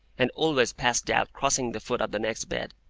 and always passed out crossing the foot of the next bed.